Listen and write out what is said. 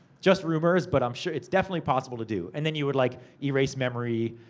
just rumors, but i'm sure. it's definitely possible to do. and then you would like erase memory,